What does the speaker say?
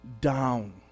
down